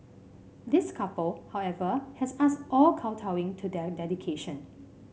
this couple however has us all kowtowing to their dedication